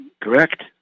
correct